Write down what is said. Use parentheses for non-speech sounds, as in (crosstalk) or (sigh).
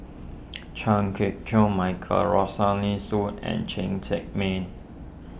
(noise) Chan Kit Chew Michael Rosaline Soon and Cheng Tsang Man